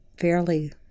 fairly